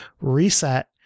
reset